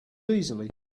easily